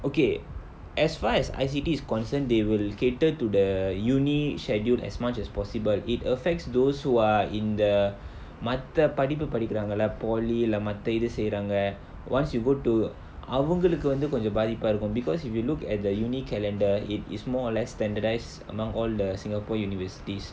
okay as far as as I_C_T is concerned they will cater to the university schedule as much as possible it affects those who are in the மத்த படிப்பு படிக்குறாங்களா:matha padippu padikkuraangalaa polytechnic lah மத்த இது செய்றாங்க:matha ithu seiraanga once you go to அவங்களுக்கு வந்து கொஞ்சோ பாதிப்பா இருக்கு:avangalukku vanthu konjo paathippaa irukku because if you look at the university calendar it is more or less standardised among all the singapore universities